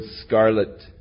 scarlet